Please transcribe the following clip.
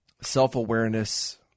self-awareness